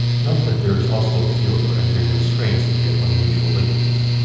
note that there is also a field for entering restraints if you have unusual ligands.